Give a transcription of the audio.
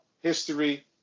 history